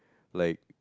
like